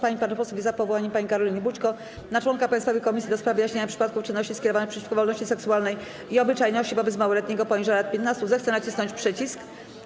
Kto z pań i panów posłów jest za powołaniem pani Karoliny Bućko na członka Państwowej Komisji do spraw wyjaśniania przypadków czynności skierowanych przeciwko wolności seksualnej i obyczajności wobec małoletniego poniżej lat 15, zechce nacisnąć przycisk.